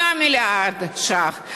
8 מיליארד ש"ח.